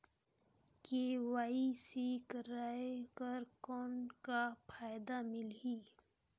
KYC कराय कर कौन का फायदा मिलही?